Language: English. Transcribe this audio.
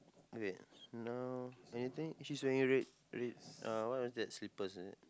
okay so now anything he's wearing red red uh what was that slippers is it